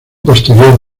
posterior